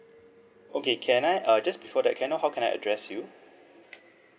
okay can I uh just before that can I know how can I address you